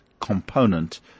component